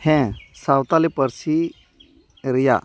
ᱦᱮᱸ ᱥᱟᱶᱛᱟᱞᱤ ᱯᱟᱹᱨᱥᱤ ᱨᱮᱭᱟᱜ